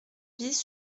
bis